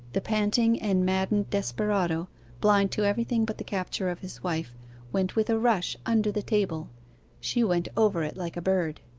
the panting and maddened desperado blind to everything but the capture of his wife went with a rush under the table she went over it like a bird.